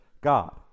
God